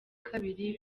kabiri